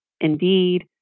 Indeed